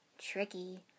Tricky